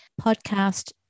podcast